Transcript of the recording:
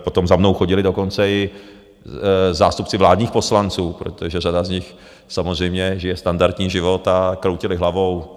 Potom za mnou chodili dokonce i zástupci vládních poslanců, protože řada z nich samozřejmě žije standardní život, a kroutili hlavou.